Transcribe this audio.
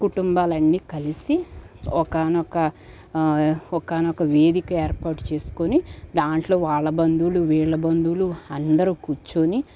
కుటుంబాలన్ని కలిసి ఒకానొక ఒకానొక వేదికేర్పాటు చేసుకొని దాంట్లో వాళ్ళ బంధువులు వీళ్ళ బంధువులు అందరు కూర్చుని